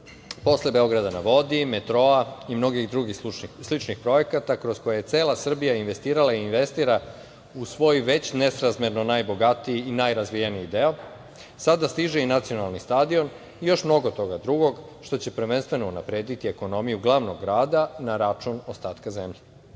"Beograda na vodi", metroa i mnogih drugih sličnih projekata kroz koje je cela Srbija investirala i investira u svoj već nesrazmerno najbogatiji i najrazvijeniji deo, sada stiže i nacionalni stadion i još mnogo toga drugog, što će prvenstveno unaprediti ekonomiju glavnog grada na račun ostatka zemlje. Sa